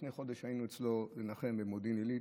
לפני חודש היינו אצלו לנחם במודיעין עילית,